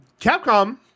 Capcom